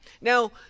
Now